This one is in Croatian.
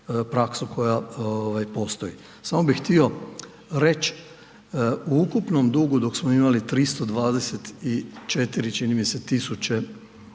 praksu koja postoji. Samo bi htio reć, u ukupnom dugu dok smo imali 324